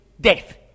death